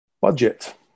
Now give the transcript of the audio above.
Budget